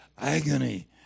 agony